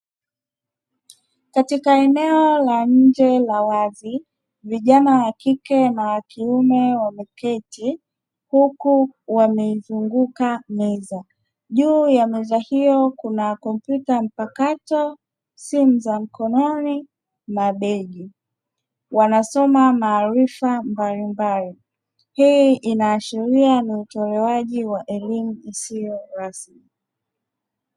Katika eneo la nje la wazi vijana wakike na wakiume wameketi huku wameizunguka meza, juu ya meza hiyo kuna kompyuta mpakato, simu za mkononi na begi, wanasoma maarifa mbalimbali, hii inaashiria ni utolewaji wa elimu isiyo rasmi.